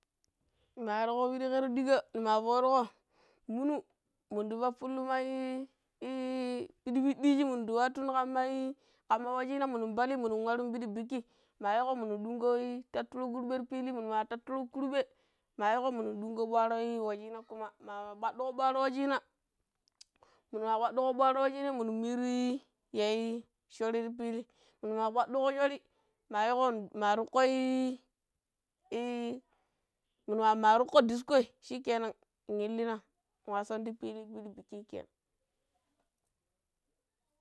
Ne maa warƙo piɗi ƙerodika̱ ne maa fo̱o̱ruƙo mimu, minɗa pappullu mai-i-piɗi pidiiji mundi watun kaii kammai kamma wuciina minun pali mimun waro̱n piɗi biki maa yiƙo mimuin ɗingoii tatturo̱ kurɓe ti fili, mimu maa tatturo̱ kurɓe, maa yiƙƙo minun nɗyngƙo bwaaro̱ wuciina kuma, maa kpaɗɗuƙo ƙwaaro waccina muni ma kpaɗɗugo ƙwaaro. Waccina minu nmiiru ya sho̱r ti fihi, minu maa kpaɗɗuƙo sho̱rii, maa yiiƙo, maa tuƙƙoi-i- maa tuƙƙo diskoi, shi kenan ilina wason ti fili fuɗi biki kenan.